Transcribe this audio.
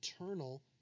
eternal